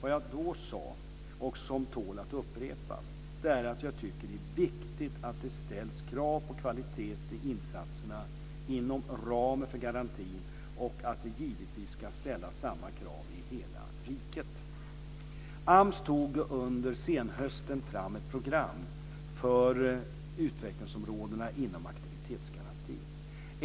Vad jag sa då, och som tål att upprepas, är att jag tycker att det är viktigt att det ställs krav på kvalitet i insatserna inom ramen för garantin och att det givetvis ska ställas samma krav i hela riket. AMS tog under senhösten fram ett program för utvecklingsområden inom aktivitetsgarantin.